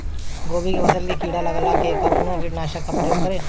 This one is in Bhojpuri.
गोभी के फसल मे किड़ा लागला पर कउन कीटनाशक का प्रयोग करे?